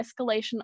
escalation